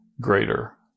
greater